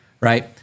Right